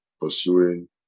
pursuing